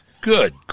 Good